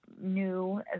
new